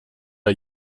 der